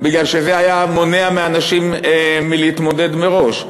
כי זה ימנע מאנשים להתמודד מראש.